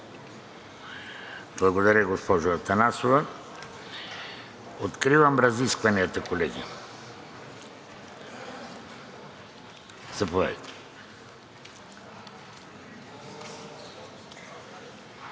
Благодаря Ви, госпожо Атанасова. Откривам разискванията, колеги. Заповядайте.